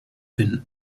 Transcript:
bin